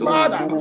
Father